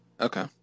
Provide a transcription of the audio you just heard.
Okay